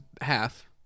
half